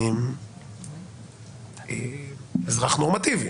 אזרח נורמטיבי.